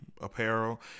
apparel